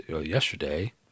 yesterday